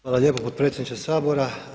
Hvala lijepo potpredsjedniče sabora.